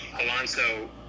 Alonso